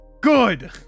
good